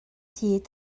hyd